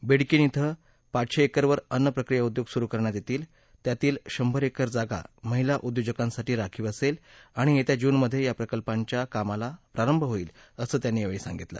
बीडकीन ध्वं पाचशे एकरवर अन्न प्रक्रीया उद्योग सुरू करण्यात येतील त्यातील शंभर एकर जागा महिला उद्योजकांसाठी राखीव असेल आणि येत्या जूनमध्ये या प्रकल्पांच्या कामाचा प्रारंभ होईल असंही त्यांनी यावेळी सांगितलं